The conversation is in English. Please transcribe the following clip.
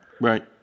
Right